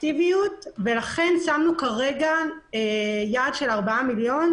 לכן שמנו כרגע יעד של ארבעה מיליון,